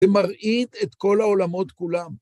ומרעיד את כל העולמות כולם.